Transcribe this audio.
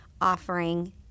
offering